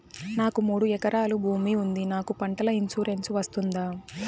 నాకు మూడు ఎకరాలు భూమి ఉంది నాకు పంటల ఇన్సూరెన్సు వస్తుందా?